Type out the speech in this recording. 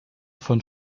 von